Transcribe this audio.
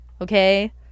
Okay